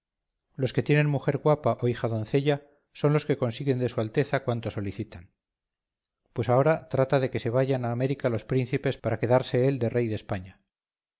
los que tienen mujer guapa o hija doncella son los que consiguen de su alteza cuanto solicitan pues ahora trata de que se vayan a américa los príncipes para quedarse él de rey de españa